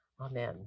Amen